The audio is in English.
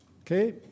Okay